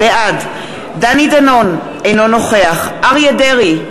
בעד דני דנון, אינו נוכח אריה דרעי,